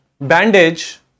bandage